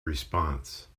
response